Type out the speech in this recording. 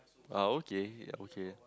ah okay ya okay